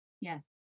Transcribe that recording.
yes